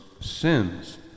sins